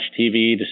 tv